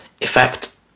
effect